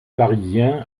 parisien